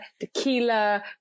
tequila